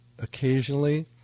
Occasionally